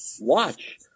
watch